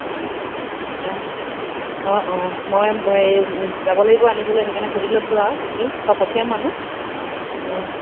অঁ বজাৰ অঁ মই এই যাব লাগিব আনিবলৈ সেইকাৰণে সুধি লৈছোঁ আৰু কি কি অঁ পঠিয়াম মানুহ অঁ